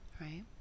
Right